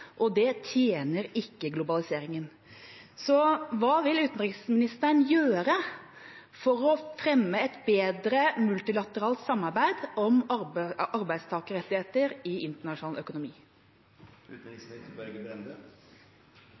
og det tjener ikke globaliseringen. Så hva vil utenriksministeren gjøre for å fremme et bedre multilateralt samarbeid om arbeidstakerrettigheter i internasjonal